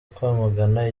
kwamagana